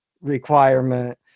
requirement